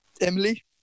Emily